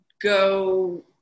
go